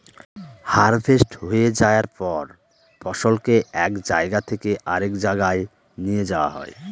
harvest হয়ে যায়ার পর ফসলকে এক জায়গা থেকে আরেক জাগায় নিয়ে যাওয়া হয়